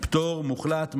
פטור מוחלט,